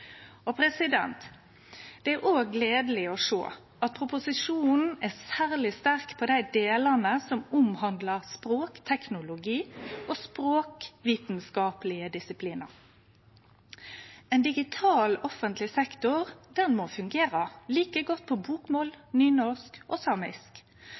Det er òg gledeleg å sjå at proposisjonen er særleg sterk på dei delane som omhandlar språkteknologi og språkvitskaplege disiplinar. Ein digital offentleg sektor må fungere like godt på bokmål, nynorsk og samisk.